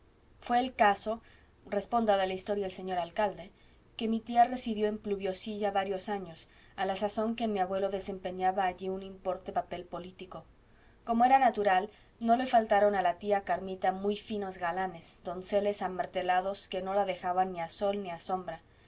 fué el caso responda de la historia el señor alcalde que mi tía residió en pluviosilla varios años a la sazón que mi abuelo desempeñaba allí un importante papel político como era natural no le faltaron a la tía carmita muy finos galanes donceles amartelados que no la dejaban ni a sol ni a sombra